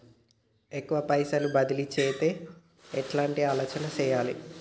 ఎక్కువ పైసలు బదిలీ చేత్తే ఎట్లాంటి ఆలోచన సేయాలి?